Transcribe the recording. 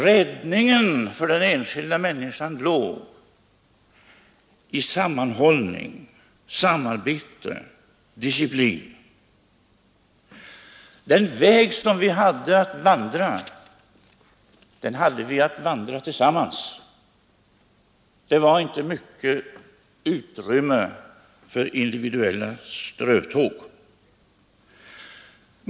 Räddningen för den enskilda människan låg i sammanhållning, samarbete, disciplin. Den väg som vi hade att vandra, den hade vi att vandra tillsammans. Det var inte mycket utrymme för individuella strövtåg.